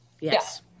Yes